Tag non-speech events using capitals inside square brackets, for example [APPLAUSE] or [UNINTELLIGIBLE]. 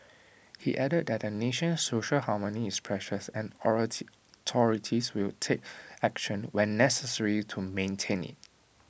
he added that the nation's social harmony is precious and [UNINTELLIGIBLE] will take action when necessary to maintain IT